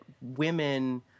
women—